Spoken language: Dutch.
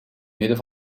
midden